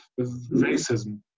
racism